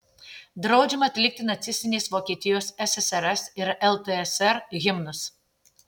draudžiama atlikti nacistinės vokietijos ssrs ir ltsr himnus